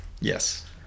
yes